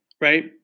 right